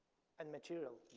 and material.